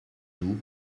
nous